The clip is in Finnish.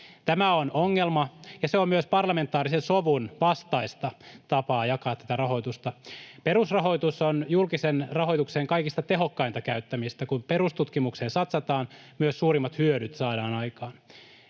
Tämä on ongelma, ja se on myös parlamentaarisen sovun vastaista tapaa jakaa tätä rahoitusta. Perusrahoitus on julkisen rahoituksen kaikista tehokkainta käyttämistä. Kun perustutkimukseen satsataan, myös suurimmat hyödyt saadaan aikaan.